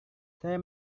saya